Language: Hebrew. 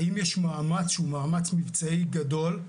האם יש מאמץ שהוא מאמץ מבצעי גדול?